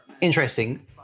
Interesting